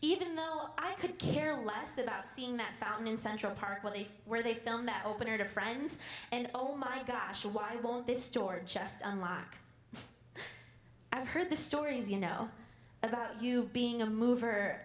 even though i could care less about seeing that fountain in central park where they where they filmed their opener to friends and oh my gosh why this store just unlock i've heard the stories you know about you being a mover